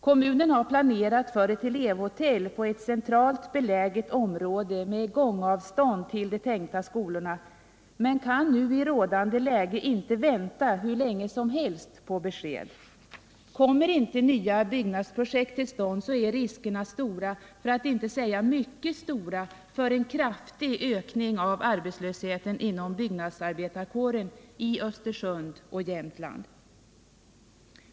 Kommunen har planerat för ett elevhotell på ett centralt beläget område med gångavstånd till de tänkta skolorna men kan i rådande läge inte vänta hur länge som helst på besked. Kommer inte nya byggnadsprojekt till stånd är riskerna också stora, för att inte säga mycket stora, att det blir en kraftig ökning av arbetslösheten inom byggnadsarbetarkåren i Östersund och Jämtland.